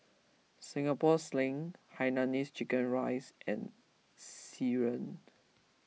Singapore Sling Hainanese Chicken Rice and siren